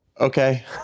okay